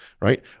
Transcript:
right